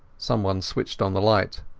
someone switched on the light.